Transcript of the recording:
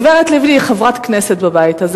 הגברת לבני היא חברת כנסת בבית הזה,